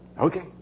okay